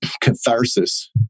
catharsis